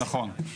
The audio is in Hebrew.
נכון.